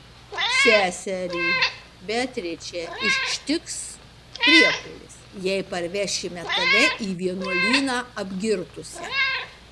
seserį beatričę ištiks priepuolis jei parvešime tave į vienuolyną apgirtusią